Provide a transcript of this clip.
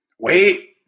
Wait